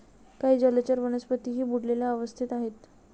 काही जलचर वनस्पतीही बुडलेल्या अवस्थेत आहेत